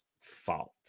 fault